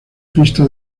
pista